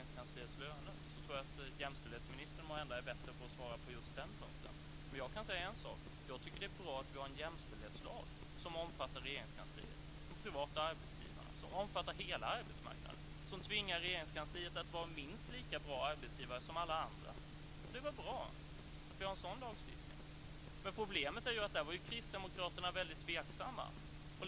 Jag tror att jämställdhetsministern måhända är bättre på att svara på den punkten. Det är bra att vi har en jämställdhetslag som omfattar Regeringskansliet, de privata arbetsgivarna, hela arbetsmarknaden, och som tvingar Regeringskansliet att vara minst lika bra arbetsgivare som alla andra. Det är väl bra att vi har en sådan lagstiftning? Problemet är att Kristdemokraterna har varit tveksamma.